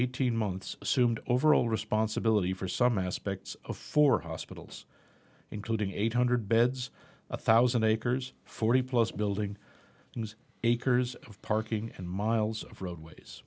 eighteen months assumed overall responsibility for some aspects of four hospitals including eight hundred beds one thousand acres forty plus building and acres of parking and miles of roadways